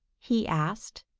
he asked.